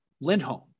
Lindholm